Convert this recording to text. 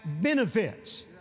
benefits